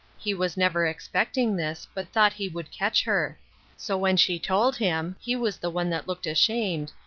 he was never expecting this but thought he would catch her so when she told him, he was the one that looked ashamed,